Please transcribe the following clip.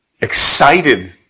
excited